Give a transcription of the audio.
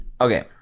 okay